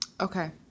Okay